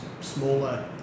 smaller